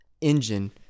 engine